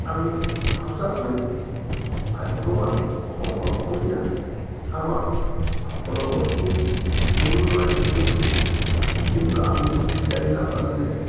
আমি সঁচাকৈ ভাগ্যৱান অসমৰ অসমীয়া আমাক সকলো বস্তু গুৰুজনাই দি থৈ গৈছে কিন্তু আমি বিচাৰি নাপালিলে